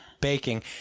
Baking